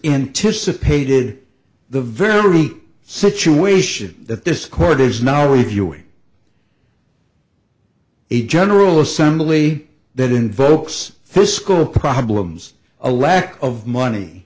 of pated the very situation that this court is now reviewing a general assembly that invokes fiscal problems a lack of money